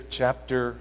chapter